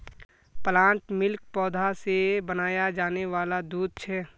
plant milk पौधा से बनाया जाने वाला दूध छे